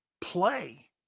play